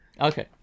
Okay